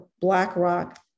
BlackRock